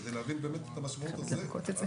כדי להבין את המשמעות הזו,